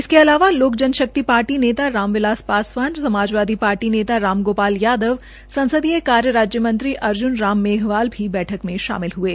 इसके अलावा लोक जन शक्ति पार्टी के नेता राम बिलास पासवान समाजवादी पार्टी नेता राम गोपाल संसदीय कार्य मंत्री अर्जुन राम भेघवाल भी बैठक में शामिल हये